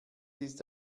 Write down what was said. ist